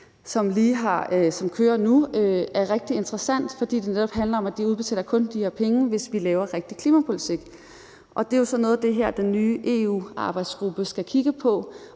som kører nu, jo rigtig interessant, fordi det netop handler om, at de kun udbetaler de her penge, hvis vi laver rigtig klimapolitik. Og det er jo så noget af det, som den nye EU-arbejdsgruppe skal kigge på